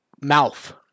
mouth